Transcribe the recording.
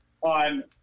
on